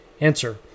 Answer